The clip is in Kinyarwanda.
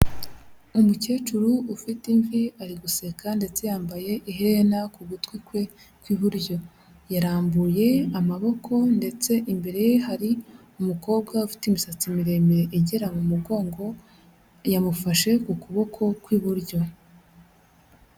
Umukecuru ufite imvi ari guseka ndetse yambaye iherena ku gutwi kwe kw'iburyo, yarambuye amaboko ndetse imbere ye hari umukobwa ufite imisatsi miremire igera mu mugongo, yamufashe ku kuboko kw'iburyo.